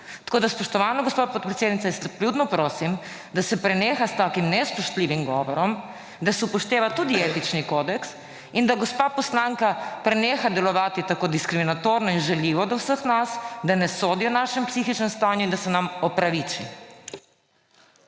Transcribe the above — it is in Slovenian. zakon pisati. Spoštovana gospa podpredsednica, jaz vljudno prosim, da se preneha s takim nespoštljivim govorom, da se upošteva tudi etični kodeks in da gospa poslanka preneha delovati tako diskriminatorno in žaljivo do vseh nas, da ne sodi o našem psihičnem stanju in da se nam opraviči.